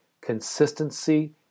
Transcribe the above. consistency